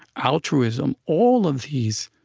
altruism. all of these